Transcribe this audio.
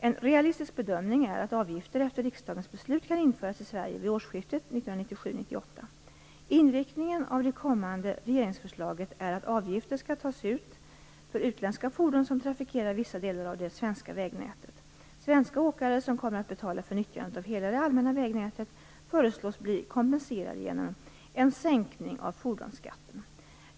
En realistisk bedömning är att efter riksdagens beslut kan avgifter införas i Sverige vid årsskiftet 1997/1998. Inriktningen av det kommande regeringsförslaget är att avgifter skall tas ut för utländska fordon som trafikerar vissa delar av det svenska vägnätet. Svenska åkare, som kommer att betala för nyttjandet av hela det allmänna vägnätet, föreslås bli kompenserade genom en sänkning av fordonsskatten.